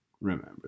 Remember